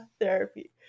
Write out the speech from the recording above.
therapy